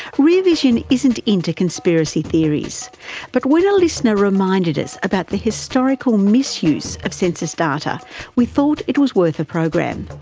rear vision isn't into conspiracy theories but when a listener reminded us about the historical misuse of census data we thought it was worth a program,